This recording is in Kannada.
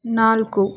ನಾಲ್ಕು